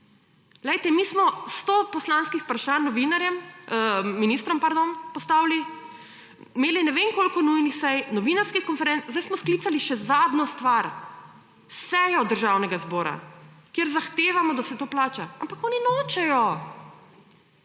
Poglejte mi smo 100 poslanskih vprašanj novinarjem ministrom pardon postavili, imeli ne vem koliko nujnih sej, novinarskih konferenc sedaj smo sklicali še zadnjo stvar sejo Državnega zbora, kjer zahtevamo, da se to plača, ampak oni nočejo,